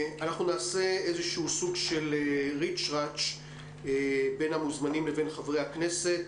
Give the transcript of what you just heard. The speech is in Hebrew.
נעשה איזה סוג של ריץ' רץ' בין המוזמנים ובין חברי הכנסת.